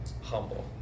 humble